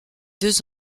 deux